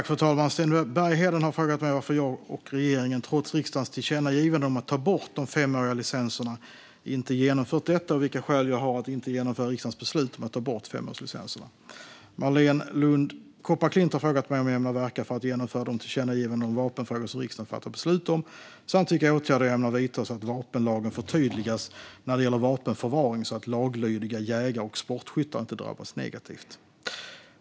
Fru talman! Sten Bergheden har frågat mig varför jag och regeringen trots riksdagens tillkännagivanden om att ta bort de femåriga licenserna inte genomfört detta och vilka skäl jag har att inte genomföra riksdagens beslut om att ta bort femårslicenserna. Marléne Lund Kopparklint har frågat mig hur jag ämnar verka för att genomföra de tillkännagivanden om vapenfrågor som riksdagen fattat beslut om samt vilka åtgärder jag ämnar vidta så att vapenlagen förtydligas när det gäller vapenförvaring så att laglydiga jägare och sportskyttar inte drabbas negativt.